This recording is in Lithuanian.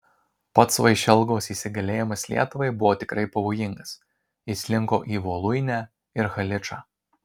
pats vaišelgos įsigalėjimas lietuvai buvo tikrai pavojingas jis linko į voluinę ir haličą